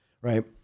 Right